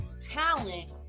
talent